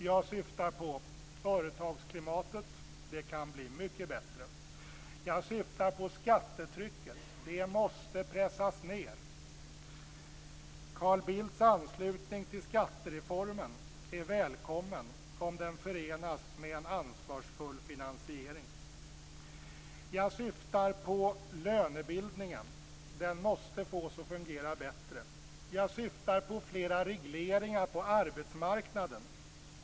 Jag syftar på företagsklimatet som kan bli mycket bättre. Jag syftar på skattetrycket. Det måste pressas ned. Carl Bildts anslutning till skattereformen är välkommen om den förenas med en ansvarsfull finansiering. Jag syftar på lönebildningen, som måste fås att fungera bättre. Jag syftar på flera regleringar på arbetsmarknaden.